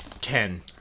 ten